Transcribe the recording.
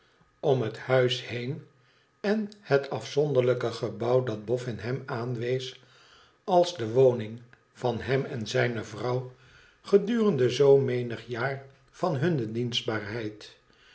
om het huis heen en het afzonderlijke gebouw dat boffin hem aanwees als de woning van hem en zijne vrouw gedurende zoo menig jaar van hunne dienstbaarheid